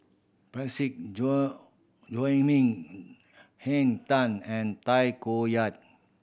Parsick John Joaquim Henn Tan and Tay Koh Yat